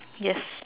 yes